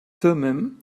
thummim